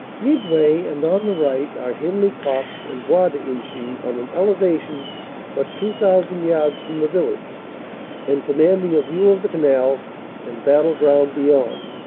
midway and on the right are henley copse and bois d'inchy, on an elevation but two thousand yards from the village and com manding a view of the canal and battleground beyond.